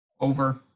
Over